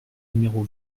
numéro